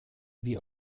wir